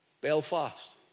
Belfast